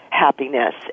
happiness